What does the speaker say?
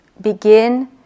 begin